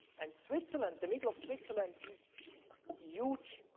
and switzerland, the middle of switzerland is huge,